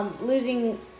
losing